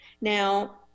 now